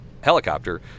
helicopter